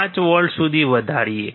5 volt સુધી વધારીએ